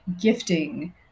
gifting